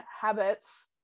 habits